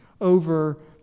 over